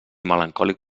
melancòlic